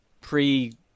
pre